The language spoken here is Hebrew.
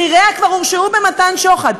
בכיריה כבר הורשעו במתן שוחד.